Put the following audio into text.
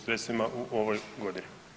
sredstvima u ovoj godini.